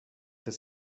des